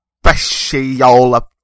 special